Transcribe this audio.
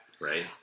right